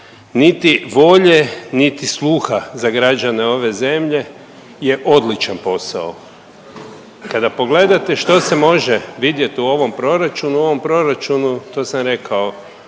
niti volje, niti sluha za građane ove zemlje je odličan posao. Kada pogledate što se može vidjeti u ovom proračunu, u ovom proračunu to sam rekao